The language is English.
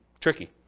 tricky